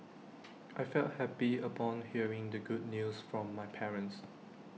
I felt happy upon hearing the good news from my parents